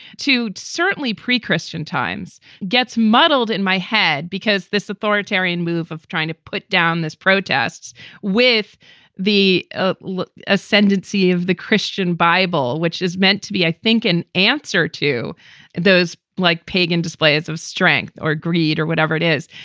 to certainly pre-christian times gets muddled in my head because this authoritarian move of trying to put down these protests with the ah like ascendancy of the christian bible, which is meant to be, i think, an answer to those like pagan displays of strength or greed or whatever it is.